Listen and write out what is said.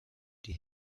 die